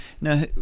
Now